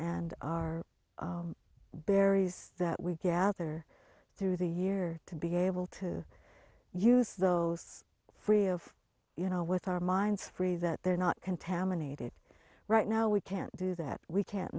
and our berries that we gather through the year to be able to use those free of you know with our minds free that they're not contaminated right now we can't do that we can't